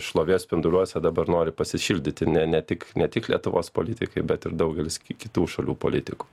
šlovės spinduliuose dabar nori pasišildyti ne ne tik ne tik lietuvos politikai bet ir daugelis kitų šalių politikų